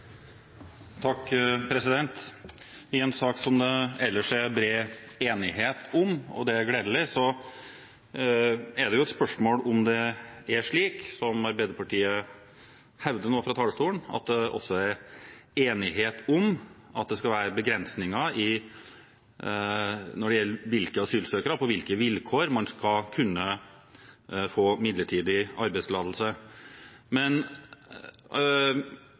I en sak som det ellers er bred enighet om – og det er gledelig – er det et spørsmål om det er slik som Arbeiderpartiet nå hevder fra talerstolen, at det også er enighet om at det skal være begrensninger når det gjelder på hvilke vilkår asylsøkere skal kunne få midlertidig arbeidstillatelse.